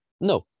No